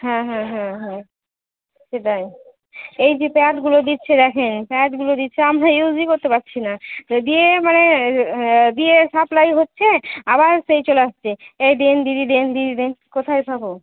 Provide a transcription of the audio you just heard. হ্যাঁ হ্যাঁ হ্যাঁ হ্যাঁ সেটাই এই যে প্যাডগুলো দিচ্ছে দেখেন প্যাডগুলো দিচ্ছে আমরা ইউসই করতে পারছি না তো দিয়ে মানে দিয়ে সাপ্লাই হচ্ছে আবার সেই চলে আসছে এই দিন দিদি দিন দিদি দিন কোথায় পাবো